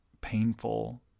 painful